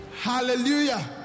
Hallelujah